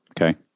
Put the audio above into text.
Okay